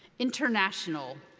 international,